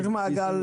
צריך מעגל,